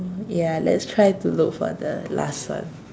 ya let's try to look for the last one